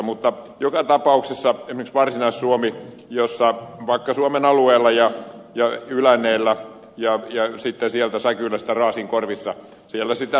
mutta joka tapauksessa esimerkiksi varsinais suomessa vakka suomen alueella yläneellä säkylässä ja sitten sieltä sai kyl karasin raasinkorvessa siellä sitä susilaumaa on